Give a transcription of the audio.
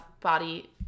body –